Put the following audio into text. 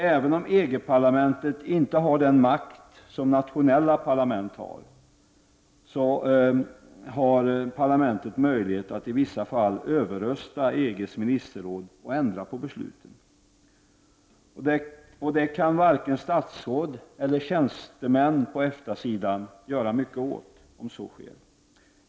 Även om EG-parlamentet inte har den makt som nationella parlamentet har, så har det möjlighet att i vissa fall överrösta EG:s ministerråd och ändra på besluten. Och det kan varken statsråd eller tjänstemän på EFTA-sidan göra mycket åt.